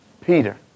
Peter